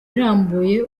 irambuye